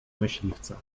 myśliwca